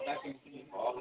ସେ କିଛି ଭଲ ହବ